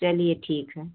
चलिए ठीक है